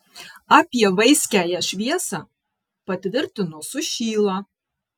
apie vaiskiąją šviesą patvirtino sušyla